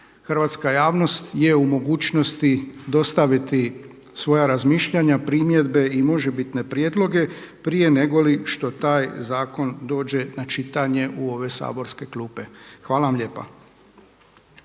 hrvatska javnost je u mogućnosti dostaviti svoja razmišljanja, primjedbe i možebitne prijedloge prije negoli što taj zakon dođe na čitanje u ove saborske klupe. Hvala vam lijepa.